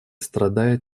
страдает